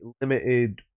limited